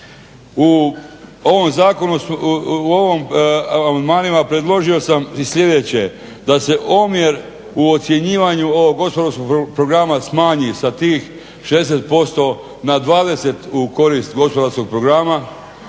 U ovom zakonu, u ovim amandmanima predložio sam i slijedeće: "Da se omjer u ocjenjivanju ovog gospodarskog programa smanji sa tih 60% na 20 u korist gospodarskog programa,